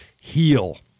heal